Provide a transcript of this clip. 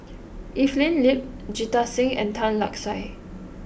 Evelyn Lip Jita Singh and Tan Lark Sye